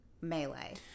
melee